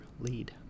Lead